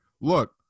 look